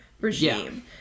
regime